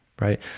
right